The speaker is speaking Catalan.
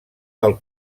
del